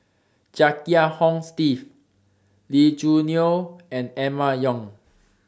Chia Kiah Hong Steve Lee Choo Neo and Emma Yong